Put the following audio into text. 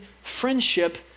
friendship